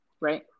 right